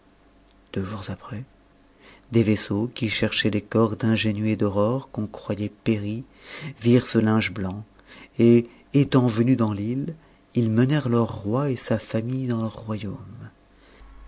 deux jours après des vaisseaux qui cherchaient les corps d'ingénu et d'aurore qu'on croyait péris virent ce linge blanc et étant venus dans l'île ils menèrent leur roi et sa famille dans leur royaume